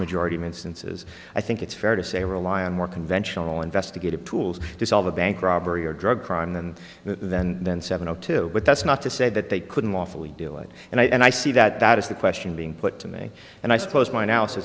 majority of instances i think it's fair to say rely on more conventional investigative tools to solve a bank robbery or drug crime than then then seven o two but that's not to say that they couldn't lawfully do it and i see that that is the question being put to me and i suppose my